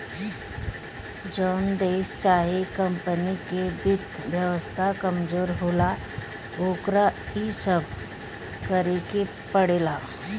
जोन देश चाहे कमपनी के वित्त व्यवस्था कमजोर होला, ओकरा इ सब करेके पड़ेला